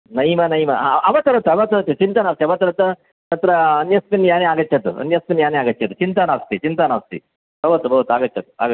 नैव नैव अ अवतरतु अवतरतु चिन्ता नास्ति अवतरत तत्र अन्यस्मिन् याने आगच्छतु अन्यस्मिन् याने आगच्छतु चिन्ता नास्ति चिन्ता नास्ति भवतु भवतु आगच्छतु आगच्